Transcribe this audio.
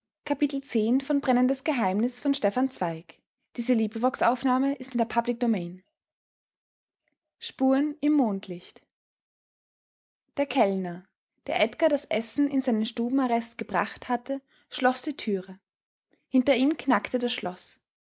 im mondlicht der kellner der edgar das essen in seinen stubenarrest gebracht hatte schloß die türe hinter ihm knackte das schloß